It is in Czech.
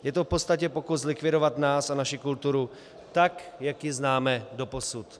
Je to v podstatě pokus zlikvidovat nás a naši kulturu, tak jak ji známe doposud.